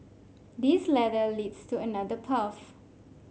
this ladder leads to another path